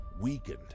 weakened